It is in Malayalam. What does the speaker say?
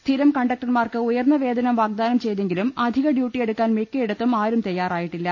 സ്ഥിരം കണ്ടക്ടർമാർക്ക് ഉയർന്ന വേതനം വാഗ്ദാനം ചെയ് തെങ്കിലും അധിക ഡ്യൂട്ടിയെടുക്കാൻ മിക്കയിടത്തും ആരും തയാറായിട്ടില്ല